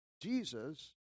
Jesus